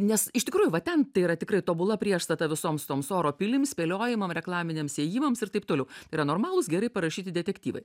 nes iš tikrųjų va ten tai yra tikrai tobula priešstata visoms toms oro pilims spėliojimam reklaminiams ėjimams ir taip toliau yra normalūs geri parašyti detektyvai